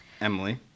Emily